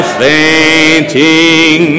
fainting